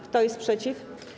Kto jest przeciw?